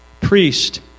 Priest